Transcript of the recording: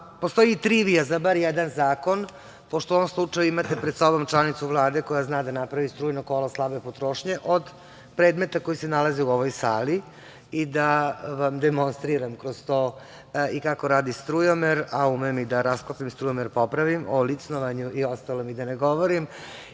pitanja. Postoji trivija za bar jedan zakon, pošto u ovom slučaju imate pred sobom članicu Vlade koja zna da napravi strujno kolo slabe potrošnje od predmeta koji se nalazio u ovoj sali i da vam demonstriram kroz to i kako radi strujomer, a umem i da rasklopim strujomer i popravim. O licnovanju i ostalom da ne govorim.